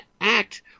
act